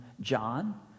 John